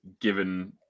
given